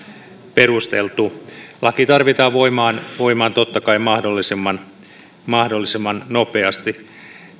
perusteltu laki tarvitaan voimaan voimaan totta kai mahdollisimman mahdollisimman nopeasti